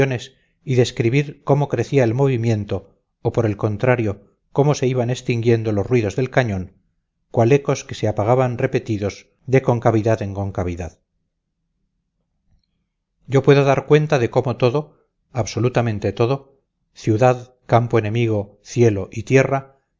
y describir cómo acrecía el movimiento o por el contrario cómo se iban extinguiendo los ruidos del cañón cual ecos que se apagaban repetidos de concavidad en concavidad yo puedo dar cuenta de cómo todo absolutamente todo ciudad campo enemigo cielo y tierra